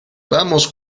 vamos